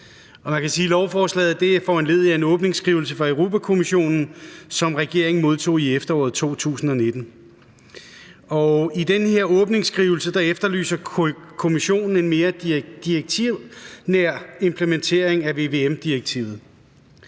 lovforslaget er foranlediget af en åbningsskrivelse fra Europa-Kommissionen, som regeringen modtog i efteråret 2019. I den åbningsskrivelse efterlyser Kommissionen en mere direktivnær implementering af vvm-direktivet.